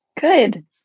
Good